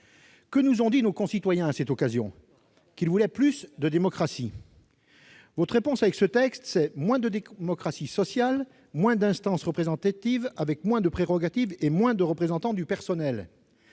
que nous ont dit nos concitoyens à cette occasion ? Qu'ils voulaient plus de démocratie. Avec ce texte, monsieur le secrétaire d'État, votre réponse est : moins de démocratie sociale, moins d'instances représentatives avec moins de prérogatives et moins de représentants du personnel.